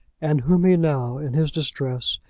and whom he now, in his distress,